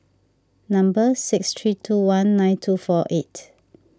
number six three two one nine two four eight